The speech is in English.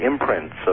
imprints